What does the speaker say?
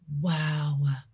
Wow